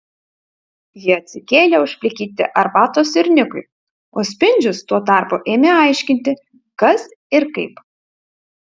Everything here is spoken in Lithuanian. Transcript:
ji atsikėlė užplikyti arbatos ir nikui o spindžius tuo tarpu ėmė aiškinti kas ir kaip